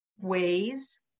ways